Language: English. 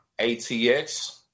ATX